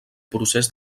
procés